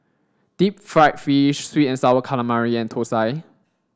deep fried fish sweet and sour calamari and Thosai